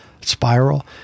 spiral